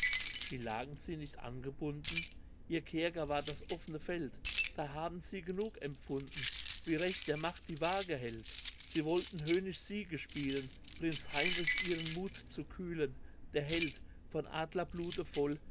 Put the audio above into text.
wie lagen sie nicht angebunden ihr kerker war das offne feld da haben sie genug empfunden wie recht der macht die waage hält sie wollten höhnisch siege spielen prinz heinrich ihren muth zu kühlen der held von adlerblute voll